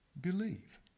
believe